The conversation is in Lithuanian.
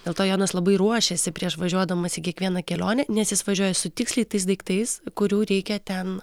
dėl to janas labai ruošiasi prieš važiuodamas į kiekvieną kelionę nes jis važiuoja su tiksliai tais daiktais kurių reikia ten